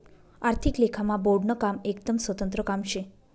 आर्थिक लेखामा बोर्डनं काम एकदम स्वतंत्र काम शे